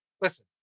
Listen